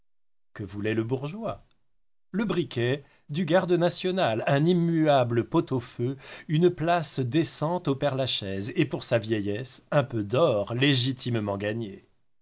que voulait le bourgeois le briquet du garde national un immuable pot-au-feu une place décente au père-lachaise et pour sa vieillesse un peu d'or légitimement gagné